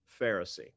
Pharisee